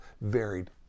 varied